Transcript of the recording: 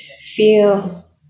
feel